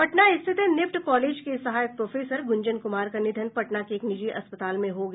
पटना स्थित NIFT college के सहायक प्रोफेसर गुंजन कुमार का निधन पटना के एक निजी अस्पताल में हो गया